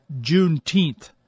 Juneteenth